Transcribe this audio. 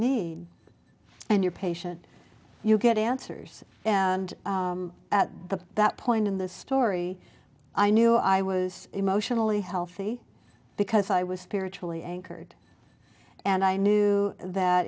need and you're patient you get answers and at that point in the story i knew i was emotionally healthy because i was spiritually anchored and i knew that